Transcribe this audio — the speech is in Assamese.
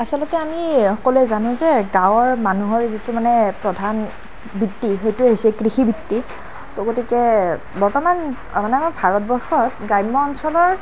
আচলতে আমি সকলোৱে জানোঁ যে গাঁৱৰ মানুহৰ যিটো মানে প্ৰধান বৃত্তি সেইটো হৈছে কৃষি বৃত্তি তো গতিকে বৰ্তমান মানে আমাৰ ভাৰতবৰ্ষত গ্ৰাম্য অঞ্চলৰ